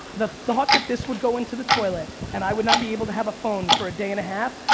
the thought that this would go into the toilet and i would not be able to have a phone for a day and a half,